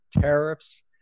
tariffs